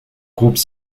groupes